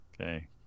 Okay